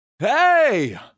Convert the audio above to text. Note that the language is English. Hey